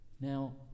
Now